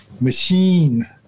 machine